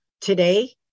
Today